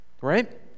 Right